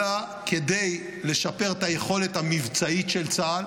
אלא כדי לשפר את היכולת המבצעית של צה"ל,